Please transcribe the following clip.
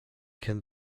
can